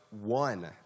one